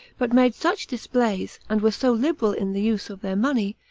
but made such displays, and were so liberal in the use of their money,